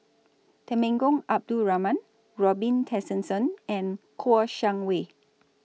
Temenggong Abdul Rahman Robin Tessensohn and Kouo Shang Wei